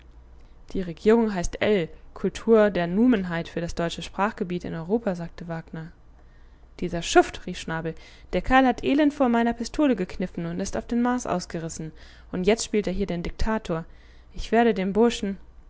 die regierung heißt ell kultor der numenheit für das deutsche sprachgebiet in europa sagte wagner dieser schuft rief schnabel der kerl hat elend vor meiner pistole gekniffen und ist auf den mars ausgerissen und jetzt spielt er hier den diktator ich werde den burschen